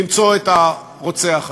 למצוא את הרוצח הזה.